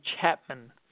Chapman